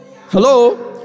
Hello